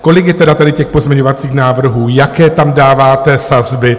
Kolik je tedy tady těch pozměňovacích návrhů, jaké tam dáváte sazby?